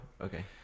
Okay